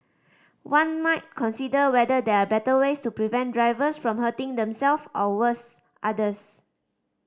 one might consider whether there are better ways to prevent drivers from hurting themselves or worse others